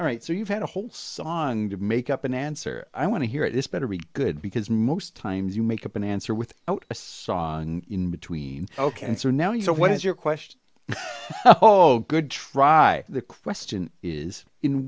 all right so you've had a whole song to make up an answer i want to hear it this better be good because most times you make up an answer with a song in between ok answer now what is your question oh good try the question is in